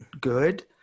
good